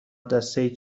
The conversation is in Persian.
دستهای